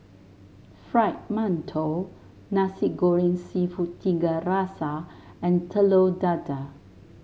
Fried Mantou Nasi Goreng seafood Tiga Rasa and Telur Dadah